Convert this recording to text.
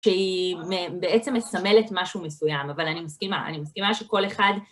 שהיא בעצם מסמלת משהו מסוים, אבל אני מסכימה. אני מסכימה שכל אחד...